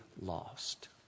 lost